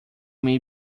may